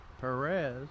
Perez